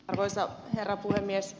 arvoisa herra puhemies